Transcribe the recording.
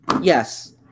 Yes